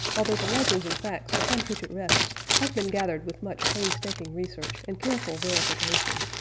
although the legends and facts upon which it rests have been gathered with much painstaking research and careful verification.